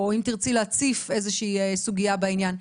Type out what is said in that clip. או אם תרצי להציף איזו שהיא סוגיה בעניין?